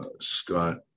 Scott